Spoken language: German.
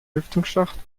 lüftungsschacht